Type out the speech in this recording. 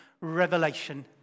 revelation